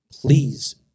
please